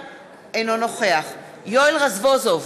אינו נוכח יואל רזבוזוב,